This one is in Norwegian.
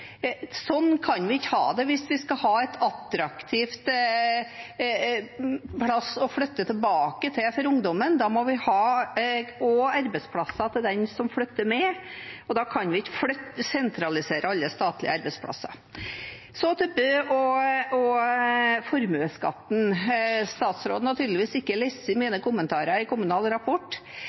Sånn kan vi ikke ha det hvis vi skal ha en attraktiv plass å flytte tilbake til for ungdommen. Da må vi også ha arbeidsplasser til dem som flytter med, og da kan vi ikke sentralisere alle statlige arbeidsplasser. Så til Bø og formuesskatten: Statsråden har tydeligvis ikke lest mine kommentarer i Kommunal Rapport.